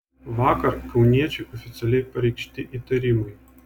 vakar kauniečiui oficialiai pareikšti įtarimai